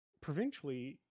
provincially